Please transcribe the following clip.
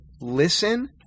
listen